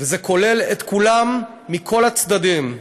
וזה כולל את כולם מכל הצדדים.